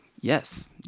Yes